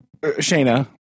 Shayna